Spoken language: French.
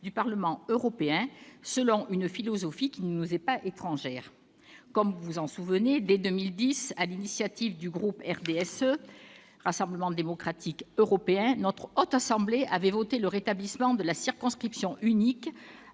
du Parlement européen, selon une philosophie qui ne nous est pas étrangère. Vous vous en souvenez, dès 2010, sur l'initiative du groupe du Rassemblement Social et Démocratique Européen, la Haute Assemblée avait voté le rétablissement de la circonscription unique,